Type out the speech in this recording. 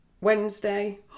Wednesday